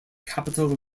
capital